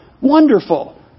Wonderful